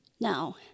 Now